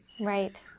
Right